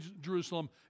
Jerusalem